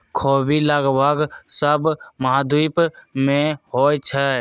ख़ोबि लगभग सभ महाद्वीप में होइ छइ